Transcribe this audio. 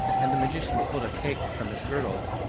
and the magician pulled a cake from his girdle,